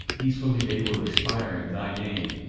peacefully they will expire in thy name,